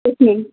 yes ma'am